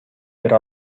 бере